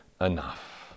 enough